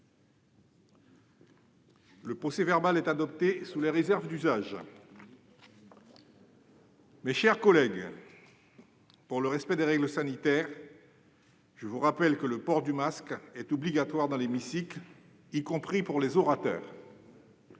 Le procès-verbal est adopté sous les réserves d'usage. Mes chers collègues, pour le respect des règles sanitaires, je vous rappelle que le port du masque est obligatoire dans l'hémicycle, y compris pour les orateurs.